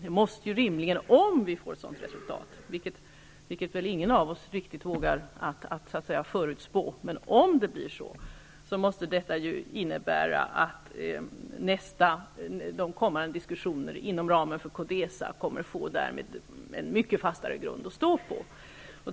Om det blir ett sådant resultat, vilket väl ingen av oss riktigt vågar förutspå, måste det ju innebära att man i de kommande diskussionerna inom ramen för Codesa kommer att få en mycket fastare grund att stå på.